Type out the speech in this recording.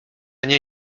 nie